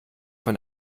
von